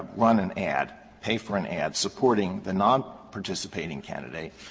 run an ad, pay for an ad supporting the non-participating candidate,